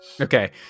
Okay